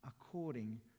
according